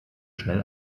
schnell